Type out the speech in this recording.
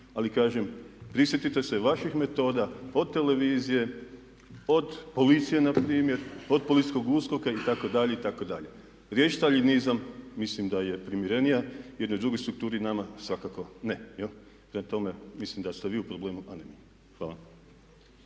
Ali kažem, prisjetite se vaših metoda od televizije, od policije na primjer, od policijskog USKOK-a itd., itd. Riječ staljinizam mislim da je primjerenija jednoj drugoj strukturi nama svakako ne. Prema tome mislim da ste vi u problemu, a ne mi. Hvala.